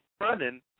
running